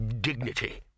dignity